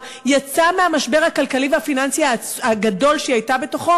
יצאה מהמשבר הכלכלי והפיננסי הגדול שהיא הייתה בו,